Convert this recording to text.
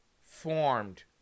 formed